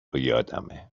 یادمه